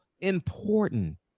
important